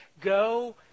Go